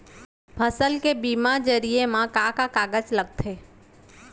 फसल के बीमा जरिए मा का का कागज लगथे?